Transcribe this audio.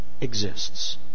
exists